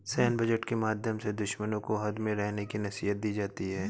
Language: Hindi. सैन्य बजट के माध्यम से दुश्मनों को हद में रहने की नसीहत दी जाती है